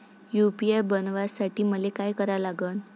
UPI बनवासाठी मले काय करा लागन?